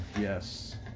Yes